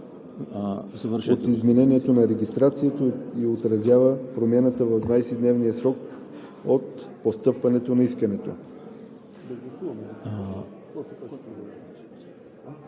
от изменението на регистрацията и отразява промяната в 20-дневен срок от постъпване на искането.“